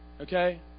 Okay